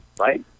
right